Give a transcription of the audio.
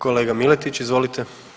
Kolega Miletić, izvolite.